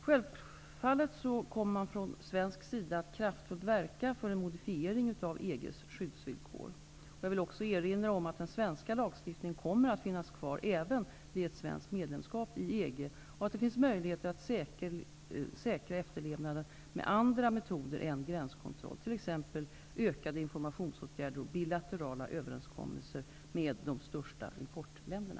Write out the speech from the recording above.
Självfallet kommer man från svensk sida att kraftfullt verka för en modifiering av EG:s skyddsvillkor. Jag vill också erinra om att den svenska lagstiftningen kommer att finnas kvar även vid ett svenskt medlemskap i EG och att det finns möjligheter att säkra efterlevnaden med andra metoder än gränskontroll, t.ex. ökade informationsåtgärder och bilaterala överenskommelser med de största importländerna.